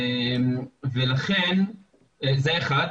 זה אחת,